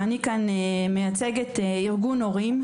ואני כאן מייצגת ארגון הורים,